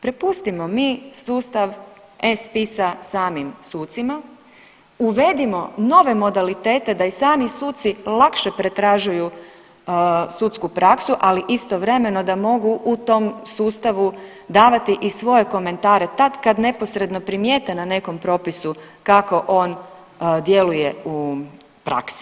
Prepustimo mi sustav e-spisa samim sucima, uvedimo nove modalitete da i sami suci lakše pretražuju sudsku praksu, ali istovremeno da mogu u tom sustavu davati i svoje komentare tad kad neposredno primijete na nekom propisu kako on djeluje u praksi.